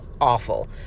awful